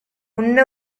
உண்ண